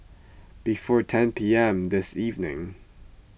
before ten P M this evening